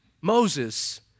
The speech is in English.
Moses